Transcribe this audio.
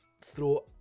throw